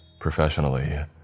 professionally